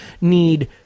need